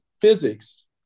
physics